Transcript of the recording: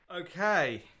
Okay